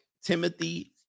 Timothy